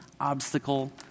obstacle